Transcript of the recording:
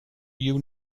you